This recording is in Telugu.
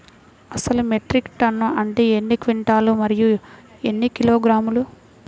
అసలు మెట్రిక్ టన్ను అంటే ఎన్ని క్వింటాలు మరియు ఎన్ని కిలోగ్రాములు?